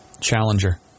Challenger